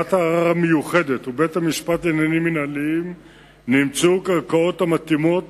ועדת הערר המיוחדת ובית-המשפט לעניינים מינהליים נמצאו כערכאות המתאימות